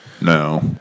No